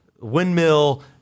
windmill